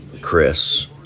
Chris